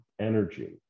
energy